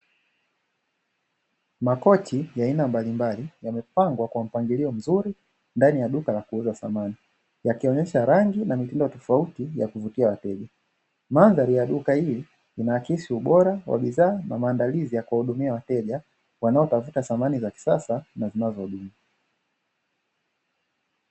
Makochi ya aina mbalimbali, yamepangwa kwa mpangilio mzuri ndani ya duka la kuuza samani, yakionyesha rangi na mitindo ya tofauti ya kuvutia wateja. Mandhari ya duka hili linaakisi ubora wa bidhaa na maandalizi ya kuwahudumia wateja wanaotafuta samani za kisasa na zinazouzwa.